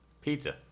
Pizza